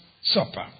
Supper